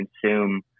consume